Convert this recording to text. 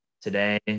today